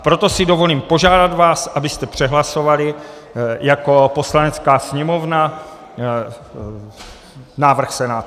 Proto si dovolím požádat vás, abyste přehlasovali jako Poslanecká sněmovna návrh Senátu.